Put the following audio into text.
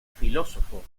filósofo